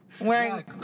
Wearing